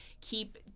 keep